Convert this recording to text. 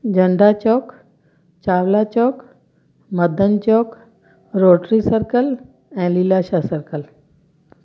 जंडा Chowk Chawla Chowk Madan Chowk rotary circle ऐं Leelashah circle